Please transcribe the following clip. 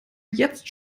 jetzt